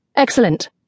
Excellent